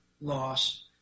loss